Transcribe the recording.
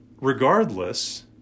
regardless